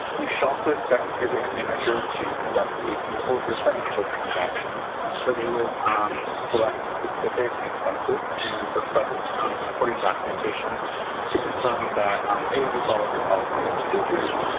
you should also expect your grant manager to conduct a sample of your financial transactions where they would select specific expenses and request supporting documentation to confirm that a, it follows your policies and procedures,